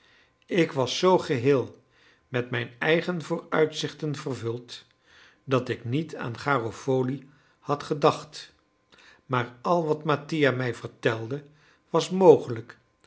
ik was zoo geheel met mijn eigen vooruitzichten vervuld dat ik niet aan garofoli had gedacht maar al wat mattia mij vertelde was mogelijk